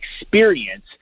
experience